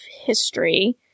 history